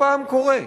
תודה רבה,